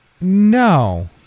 No